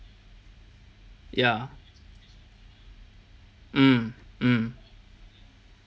ya mm mm